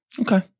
Okay